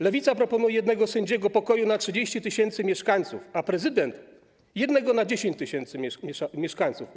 Lewica proponuje jednego sędziego pokoju na 30 tys. mieszkańców, a prezydent - jednego na 10 tys. mieszkańców.